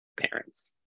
parents